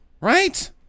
right